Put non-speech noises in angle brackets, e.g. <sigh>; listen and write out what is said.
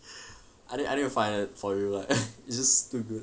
<laughs> I need to I need to find it for you ah <laughs> it is too good